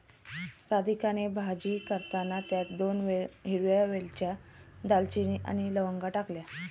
राधिकाने भाजी करताना त्यात दोन हिरव्या वेलच्या, दालचिनी आणि लवंगा टाकल्या